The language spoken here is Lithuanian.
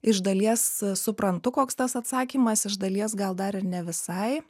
iš dalies suprantu koks tas atsakymas iš dalies gal dar ir ne visai